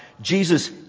Jesus